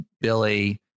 Billy